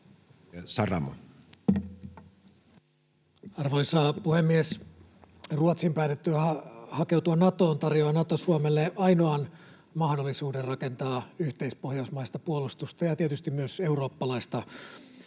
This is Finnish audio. Saramo. Arvoisa puhemies! Ruotsin päätettyä hakeutua Natoon tarjoaa Nato Suomelle ainoan mahdollisuuden rakentaa yhteispohjoismaista puolustusta ja tietysti myös eurooppalaista turvallisuutta.